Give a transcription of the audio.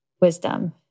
wisdom